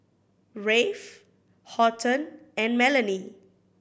Rafe Horton and Melany